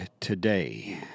today